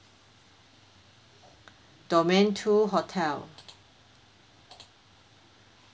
domain two hotel